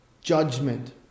judgment